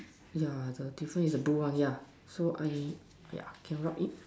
yeah the different is the blue one yeah so I yeah can rub it